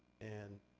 and